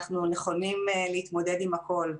אנחנו נכונים להתמודד עם הכול.